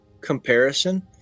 comparison